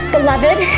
Beloved